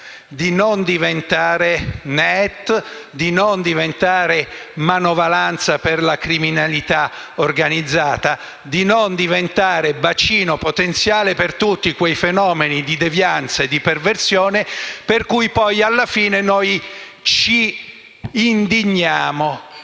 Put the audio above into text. di non diventare NEET, di non diventare manovalanza per la criminalità organizzata, di non diventare bacino potenziale per tutti quei fenomeni di devianza e perversione per cui, alla fine, noi ci indigniamo.